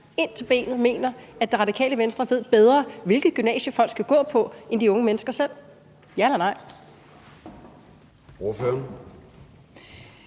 ind til benet mener, at Radikale Venstre bedre ved, hvilket gymnasie folk skal gå på, end de unge mennesker selv. Ja eller nej?